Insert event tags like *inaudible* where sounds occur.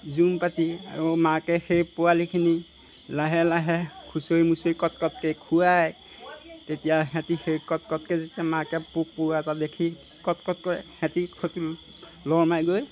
জুম পাতি আৰু মাকে সেই পোৱালিখিনি লাহে লাহে খুচৰি মুচৰি কটকটকৈ খোৱায় তেতিয়া সিহঁতি সেই কটকটকৈ যেতিয়া মাকে পোক পৰুৱা এটা দেখি কটকটকৈ সিহঁতি *unintelligible* লৰ মাৰি গৈ